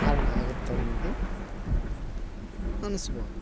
ಕಾರಣ ಆಗತ್ತೆ ಅನ್ನೋದು ಅನ್ಸ್ಬೋದು